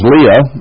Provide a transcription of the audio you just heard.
Leah